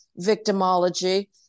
victimology